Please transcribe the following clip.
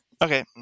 Okay